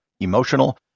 emotional